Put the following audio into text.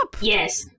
Yes